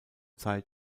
zeit